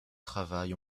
travail